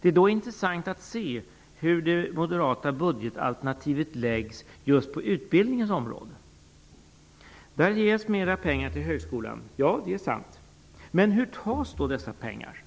Det är då intressant att se hur det moderata budgetalternativet framläggs just på utbildningens område. Där ges mera pengar till högskolan - ja, det är sant. Men varifrån tas då dessa pengar?